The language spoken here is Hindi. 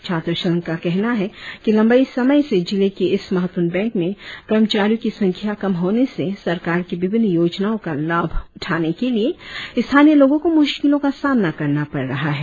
छात्र संघ का कहना है कि लंबे समय से जिले की इस महत्वपूर्ण बैंक में कर्मचारियों की संख्या कम होने से सरकार की विभिन्न योजनाओ का लाभ उठाने के लिए स्थानीय लोगो को मुश्किलो का सामना करना पड़ रहा है